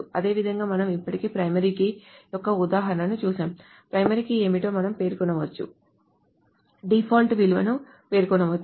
అదేవిధంగా మనం ఇప్పటికే ప్రైమరీ కీ యొక్క ఉదాహరణను చూశాము ప్రైమరీ కీ ఏమిటో మనం పేర్కొనవచ్చు డిఫాల్ట్ విలువను పేర్కొనవచ్చు